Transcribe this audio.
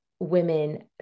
women